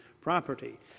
property